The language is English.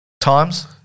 Times